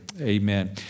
Amen